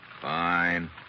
Fine